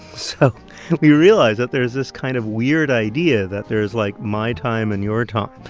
so we realized that there's this kind of weird idea that there is, like, my time and your time.